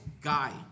guy